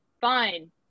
fine